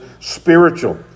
spiritual